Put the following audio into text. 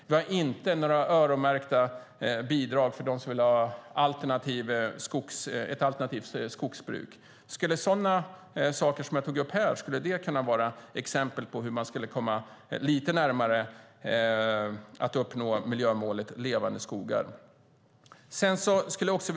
Det finns inga öronmärkta bidrag för dem som vill ha ett alternativt skogsbruk. Skulle sådant som jag nu har tagit upp kunna vara exempel på hur man kunde komma lite närmare att uppnå miljömålet Levande skogar?